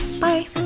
bye